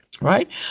Right